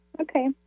Okay